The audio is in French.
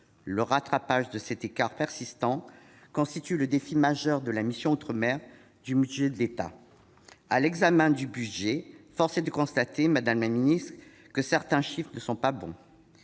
Le rattrapage de cet écart persistant constitue le défi majeur de la mission " Outre-mer " du budget général de l'État. » À l'examen du budget, force est de constater, madame la ministre, que certains chiffres ne sont pas bons.